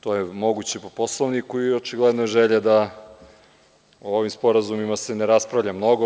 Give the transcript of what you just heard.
To je moguće po Poslovniku i očigledna želja je da se o ovim sporazumima ne raspravlja mnogo.